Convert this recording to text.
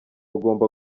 ugomba